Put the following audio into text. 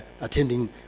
attending